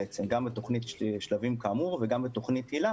גם את תוכנית של שלבים וגם את תוכנית הילה